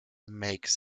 makes